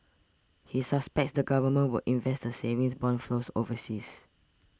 he suspects the government would invest the savings bond flows overseas